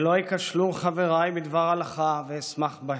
ולא ייכשלו חבריי בדבר הלכה ואשמח בהם.